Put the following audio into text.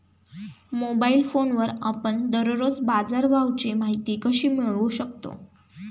Mobile फोनवर आपण दररोज बाजारभावाची माहिती कशी मिळवू शकतो?